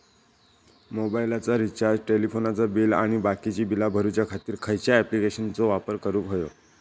मोबाईलाचा रिचार्ज टेलिफोनाचा बिल आणि बाकीची बिला भरूच्या खातीर खयच्या ॲप्लिकेशनाचो वापर करूक होयो?